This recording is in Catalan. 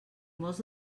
molts